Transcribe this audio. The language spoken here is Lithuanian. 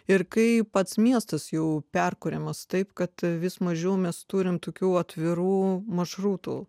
ir kai pats miestas jau perkuriamas taip kad vis mažiau mes turime tokių atvirų maršrutų